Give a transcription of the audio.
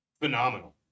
Phenomenal